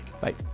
Bye